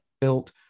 built